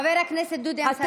חבר הכנסת דודי אמסלם, אנא, לצאת.